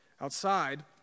outside